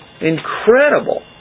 Incredible